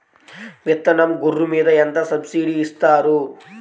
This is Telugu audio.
విత్తనం గొర్రు మీద ఎంత సబ్సిడీ ఇస్తారు?